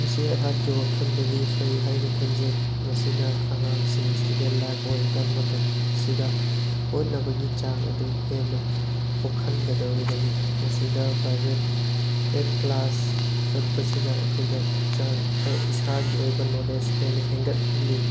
ꯃꯁꯤ ꯑꯩꯍꯥꯛꯀꯤ ꯋꯥꯈꯜꯗꯗꯤ ꯐꯩ ꯍꯥꯏꯅ ꯈꯟꯖꯩ ꯃꯁꯤꯅ ꯑꯉꯥꯡꯁꯤꯡ ꯏꯁꯇꯨꯗꯦꯟ ꯂꯥꯏꯞ ꯑꯣꯏꯔꯤꯀꯥꯟ ꯃꯇꯝꯁꯤꯗ ꯍꯣꯠꯅꯕꯒꯤ ꯆꯥꯡ ꯑꯗꯨ ꯍꯦꯟꯅ ꯄꯣꯛꯍꯟꯒꯗꯧꯔꯤꯕꯅꯤ ꯃꯁꯤꯗ ꯄ꯭ꯔꯥꯏꯚꯦꯠ ꯀ꯭ꯂꯥꯁ ꯆꯠꯄꯁꯤꯅ ꯑꯩꯈꯣꯏꯗ ꯍꯛꯆꯥꯡ ꯑꯩꯈꯣꯏ ꯏꯁꯥꯒꯤ ꯑꯣꯏꯕ ꯅꯣꯂꯦꯖ ꯍꯦꯟꯅ ꯍꯦꯟꯒꯠꯍꯜꯂꯤ